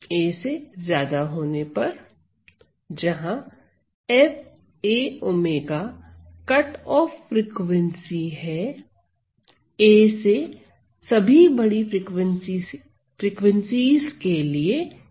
a जहां Faω cutoff frequency a से बड़ी सभी फ्रीक्वेंसीस के लिए शून्य है